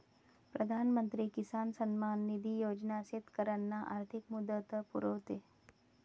प्रधानमंत्री किसान सन्मान निधी योजना शेतकऱ्यांना आर्थिक मदत पुरवते